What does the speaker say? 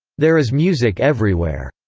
there is music everywhere.